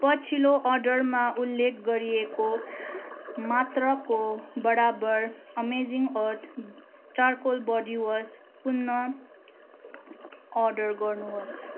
पछिल्लो अर्डरमा उल्लेख गरिएको मात्राको बराबर amazing earth charcoal body wash पुनः अर्डर गर्नुहोस्